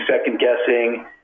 second-guessing